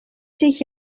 sich